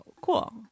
cool